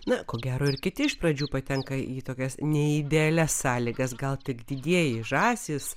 na ko gero ir kiti iš pradžių patenka į tokias ne idealias sąlygas gal tik didieji žąsys